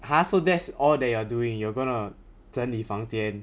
!huh! so that's all that you are doing you're gonna 整理房间